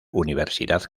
universidad